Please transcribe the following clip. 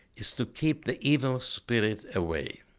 is to keep the evil spirit away.